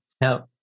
Now